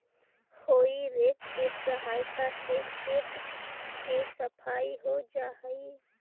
हेइ rake के सहायता से खेत के सफाई हो जा हई